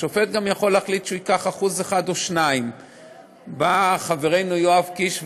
השופט יכול להחליט גם שהוא ייקח 1% או 2%. בא חברינו יואב קיש ואמר: